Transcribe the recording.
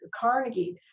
Carnegie